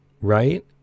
right